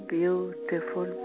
beautiful